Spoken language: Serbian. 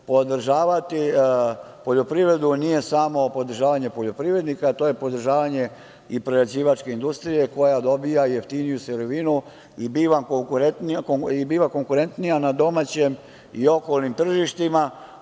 Podržati poljoprivredu nije samo podržavanje poljoprivrednika, to je podržavanje i prerađivačke industrije koja dobija jeftiniju sirovinu i biva konkurentnija na domaćem i okolnim tržištima.